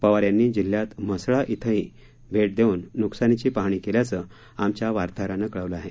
पवार यांनी जिल्ह्यात म्हसळा क्षिंही भेट देऊन नुकसानाची पाहणी केल्याचं आमच्या वार्ताहरानं कळवलं आहे